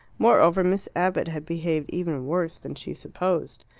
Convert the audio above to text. moreover, miss abbott had behaved even worse than she supposed.